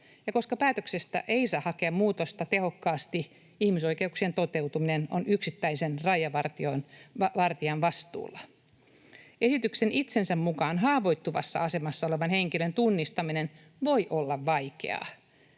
Ja koska päätökseen ei saa hakea muutosta tehokkaasti, ihmisoikeuksien toteutuminen on yksittäisen rajavartijan vastuulla. Esityksen itsensä mukaan haavoittuvassa asemassa olevan henkilön tunnistaminen voi olla vaikeaa.